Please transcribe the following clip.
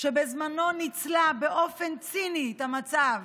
בזמנו ניצלה באופן ציני את המצב,